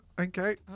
Okay